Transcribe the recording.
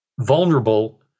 vulnerable